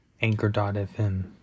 anchor.fm